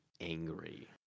angry